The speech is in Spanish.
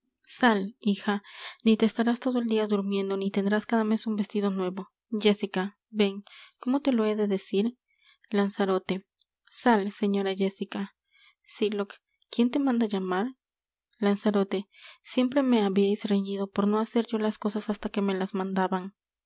hija ni te estarás todo el dia durmiendo ni tendrás cada mes un vestido nuevo jéssica ven cómo te lo he de decir lanzarote sal señora jéssica sylock quién te manda llamar lanzarote siempre me habiais reñido por no hacer yo las cosas hasta que me las mandaban